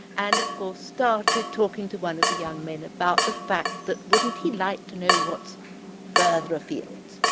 and of course started talking to one of the young men about the fact that wouldn't he like to know what's further afield?